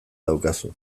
daukazu